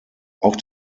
auch